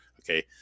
Okay